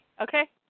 okay